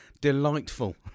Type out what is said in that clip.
delightful